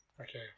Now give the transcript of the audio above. Okay